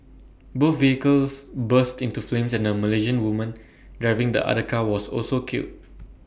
both vehicles burst into flames and A Malaysian woman driving the other car was also killed